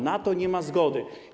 Na to nie ma zgody.